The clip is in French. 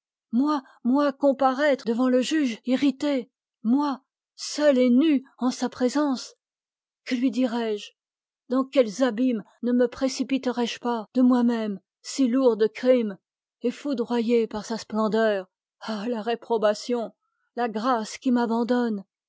moi moi comparaître devant le juge irrité moi seul et nu en sa présence que lui dirais-je dans quels abîmes ne me précipiterais je pas de moi-même si lourd de crimes et foudroyé par sa splendeur ah la réprobation la grâce qui m'abandonne